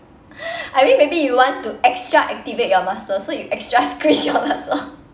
I think maybe you want to extra activate your muscles so you extra squeeze your muscle